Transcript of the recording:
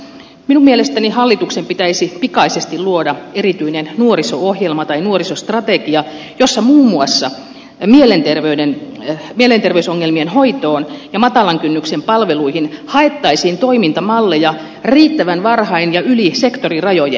minun mielestäni hallituksen pitäisi pikaisesti luoda erityinen nuoriso ohjelma tai nuorisostrategia jossa muun muassa mielenterveysongelmien hoitoon ja matalan kynnyksen palveluihin haettaisiin toimintamalleja riittävän varhain ja yli sektorirajojen